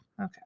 Okay